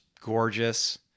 gorgeous